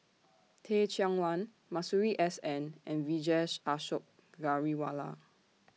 Teh Cheang Wan Masuri S N and Vijesh Ashok Ghariwala